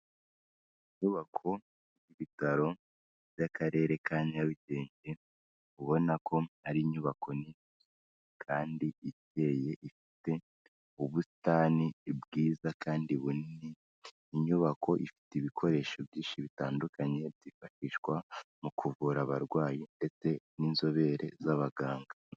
Inyubako y'ibitaro by'akarere ka Nyarugenge ubona ko ari inyubako nini kandi iteye, ifite ubusitani bwiza kandi bunini , inyubako ifite ibikoresho byinshi bitandukanye byifashishwa mu kuvura abarwayi ndetse n'inzobere z'abaganga.